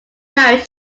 marriage